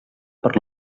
per